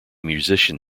musician